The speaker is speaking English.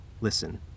listen